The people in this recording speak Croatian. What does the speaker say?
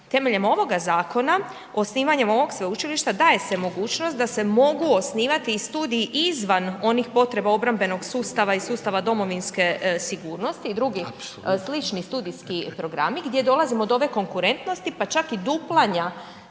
temeljem ovoga zakona, osnivanjem ovog sveučilišta daje se mogućnost da se mogu osnivati i studiji izvan onih potreba obrambenog sustava i sustava domovinske sigurnosti i drugi slični studijski programi gdje dolazimo do ove konkurentnosti, pa čak i duplanja